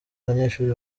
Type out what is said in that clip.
abanyeshuri